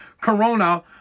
Corona